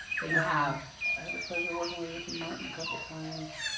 that you have? i had the pleasure working with ricky martin a couple times.